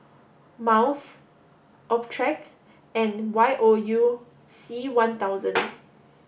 Miles Optrex and Y O U C one thousand